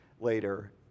later